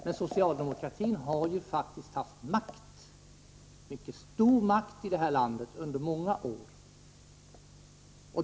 Men socialdemokratin har faktiskt haft en mycket stor makt i detta land under många år.